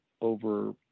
over